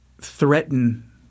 threaten